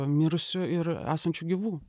mirusių ir esančių gyvų